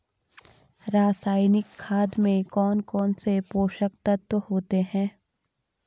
रासायनिक खाद में कौन कौन से पोषक तत्व होते हैं?